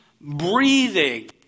breathing